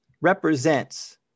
represents